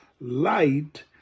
light